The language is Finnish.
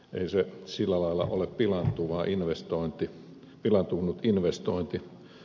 ei se sillä lailla ole pilaantunut investointi